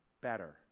better